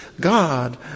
God